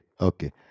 okay